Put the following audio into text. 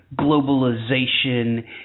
globalization